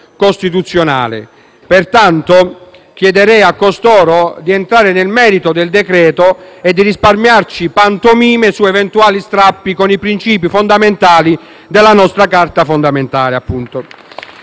costituzionale. Pertanto, chiederei a costoro di entrare nel merito del decreto‑legge e risparmiarci pantomime su eventuali strappi con i princìpi fondamentali della nostra Carta fondamentale.